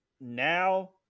now